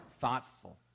thoughtful